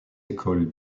écoles